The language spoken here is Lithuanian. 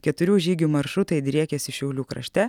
keturių žygių maršrutai driekiasi šiaulių krašte